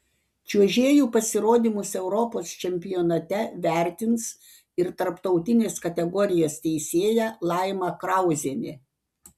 čiuožėjų pasirodymus europos čempionate vertins ir tarptautinės kategorijos teisėja laima krauzienė